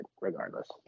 regardless